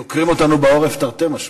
דוקרים אותנו בעורף תרתי משמע.